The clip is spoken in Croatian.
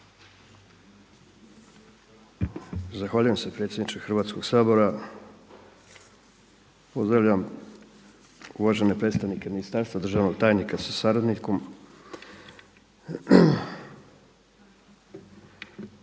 Zahvaljujem se predsjedniče Hrvatskoga sabora. Pozdravljam uvažene predstavnike ministarstva, državnog tajnika sa suradnikom.